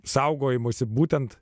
saugojimui būtent